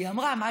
היא אמרה: מה,